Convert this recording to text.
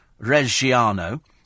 Reggiano